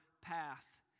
path